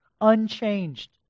unchanged